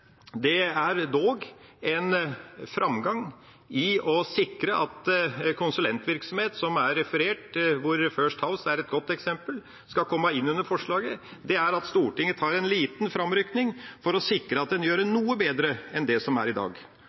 det er dog en framgang i å sikre at konsulentvirksomhet som er referert, hvor First House er et godt eksempel, skal komme inn under forslaget, det er at Stortinget tar en liten framrykning for å sikre at en gjør det noe bedre enn det som er i dag.